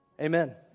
Amen